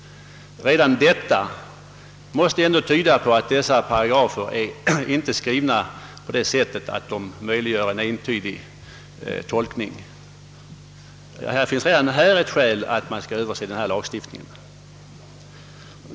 Redan detta måste tyda på att dessa paragrafer inte är skrivna så att de möjliggör en entydig tolkning. Bara det är ett skäl att överse denna lagstiftning.